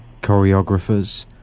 choreographers